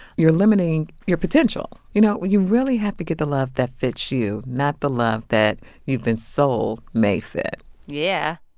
you're limiting your potential. you know, you really have to get the love that fits you, not the love that you've been sold may fit yeah.